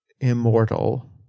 immortal